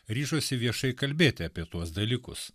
ryžosi viešai kalbėti apie tuos dalykus